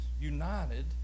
united